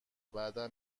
بعدا